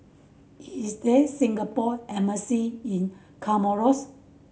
is there a Singapore Embassy in Comoros